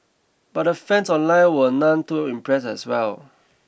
but the fans online were none too impressed as well